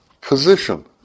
position